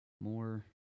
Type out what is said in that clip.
more